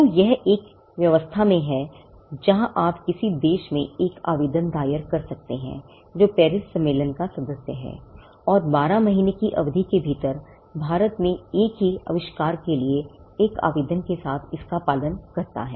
तो यह व्यवस्था में है जहां आप किसी भी देश में एक आवेदन दायर कर सकते हैं जो पेरिस सम्मेलन का सदस्य है और 12 महीने की अवधि के भीतर भारत में एक ही आविष्कार के लिए एक आवेदन के साथ इसका पालन करता है